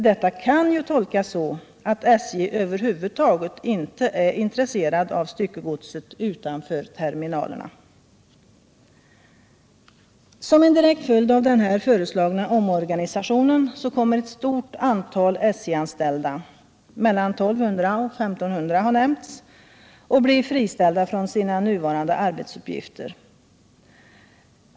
Detta kan ju tolkas så, att SJ över huvud taget inte är intresserat av styckegodset utanför terminalerna. Som en direkt följd av den föreslagna omorganisationen kommer ett stort antal SJ-anställda — mellan 1200 och 1500 har nämnts — att bli friställda från sina nuvarande arbetsuppgifter.